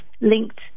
linked